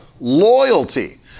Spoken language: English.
loyalty